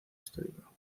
histórico